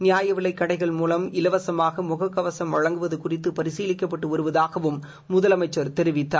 நியாயவிலைக் கடைகள் மூலம் இலவசமாக முக கவசம் வழங்குவது குறித்து பரிசீலிக்கப்பட்டு வருவதாகவும் முதலமைச்சர் தெரிவித்தார்